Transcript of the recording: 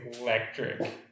electric